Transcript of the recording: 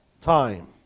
time